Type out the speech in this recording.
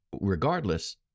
regardless